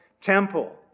temple